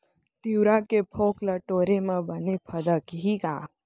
तिंवरा के फोंक ल टोरे म बने फदकही का?